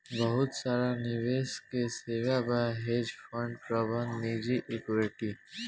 बहुत सारा निवेश के सेवा बा, हेज फंड प्रबंधन निजी इक्विटी